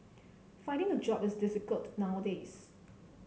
finding a job is difficult nowadays